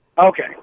Okay